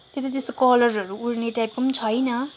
त्यही त त्यस्तो कलरहरू उडने टाइपको पनि छैन